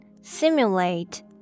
simulate